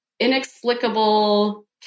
inexplicable